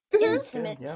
intimate